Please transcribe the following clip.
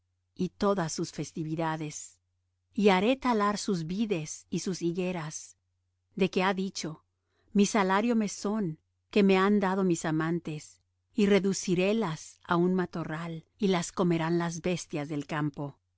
y todas sus festividades y haré talar sus vides y sus higueras de que ha dicho mi salario me son que me han dado mis amantes y reducirélas á un matorral y las comerán las bestias del campo